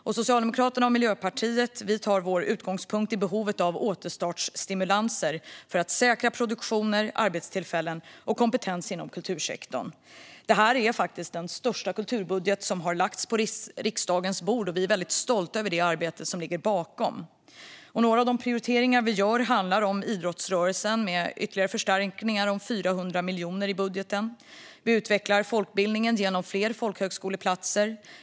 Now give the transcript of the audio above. Vi i Socialdemokraterna och Miljöpartiet tar vår utgångspunkt i behovet av återstartsstimulanser för att säkra produktioner, arbetstillfällen och kompetens inom kultursektorn. Det här är faktiskt den största kulturbudget som har lagts på riksdagens bord. Vi är väldigt stolta över det arbete som ligger bakom. Jag ska nämna några av de prioriteringar vi gör. Idrottsrörelsen får ytterligare förstärkningar om 400 miljoner i budgeten. Vi utvecklar folkbildningen genom fler folkhögskoleplatser.